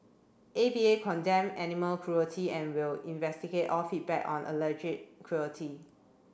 A V A condemn animal cruelty and will investigate all feedback on cruelty